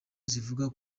zivuga